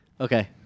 Okay